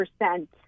percent